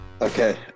Okay